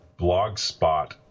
blogspot